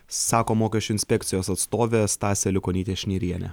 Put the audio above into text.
sako mokesčių inspekcijos atstovė stasė aliukonytė šnirienė